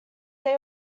they